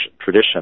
tradition